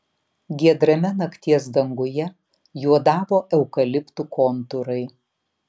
giedrame nakties danguje juodavo eukaliptų kontūrai